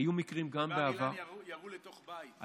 היו מקרים, בבר אילן ירו לתוך בית.